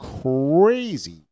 crazy